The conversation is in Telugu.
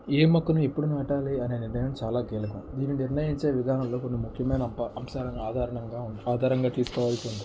ఏ మొక్కను ఎప్పుడు నాటాలి అనే నిర్ణయం చాలా కీలకం దీన్ని నిర్ణయించే విధానాల్లో కొన్ని ముఖ్యమైన అం అంశాలను ఆధారంగా ఆధారంగా తీసుకోవాల్సి ఉంటుంది